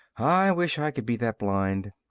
i wish i could be that blind!